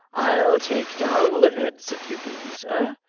i'll take down the heads if you please, sir.